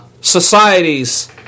societies